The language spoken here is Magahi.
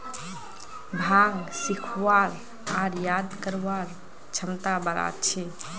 भांग सीखवार आर याद करवार क्षमता बढ़ा छे